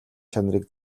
чанарыг